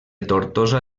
tortosa